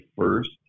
first